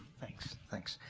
thanks, thanks,